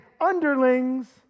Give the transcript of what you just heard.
underlings